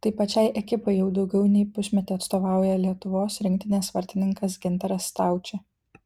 tai pačiai ekipai jau daugiau nei pusmetį atstovauja lietuvos rinktinės vartininkas gintaras staučė